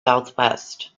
southwest